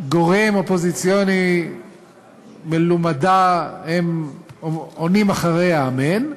גורם אופוזיציוני מלומדה עונים אחריה אמן,